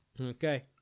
Okay